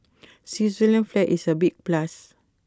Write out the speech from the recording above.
Switzerland's flag is A big plus